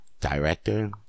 director